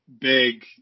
big